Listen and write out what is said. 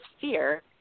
fear